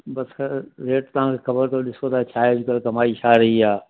बसरि रेट तव्हांखे ख़बर अथव ॾिसो ता छा अॼुकल्ह कमाई छा रही आहे